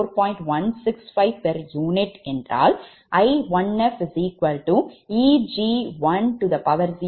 என்றால் I1fEg10 V1fj0